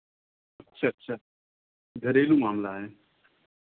अच्छा अच्छा घरेलू मामला है